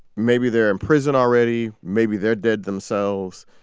maybe they're in prison already. maybe they're dead themselves.